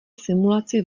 simulaci